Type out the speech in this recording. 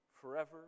forever